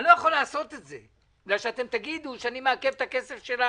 אני לא יכול לעשות את זה כי תגידו שאני מעכב את הכסף של האזרחים.